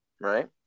Right